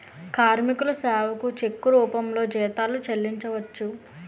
కార్మికుల సేవకు చెక్కు రూపంలో జీతాలు చెల్లించవచ్చు